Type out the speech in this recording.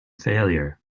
failure